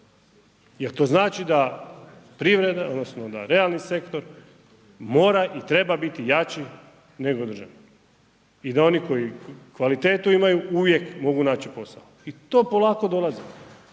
odnosno da realni sektor, mora i treba biti jači nego država i da oni koji kvalitetu imaju, uvijek mogu naći posao i to polako dolazi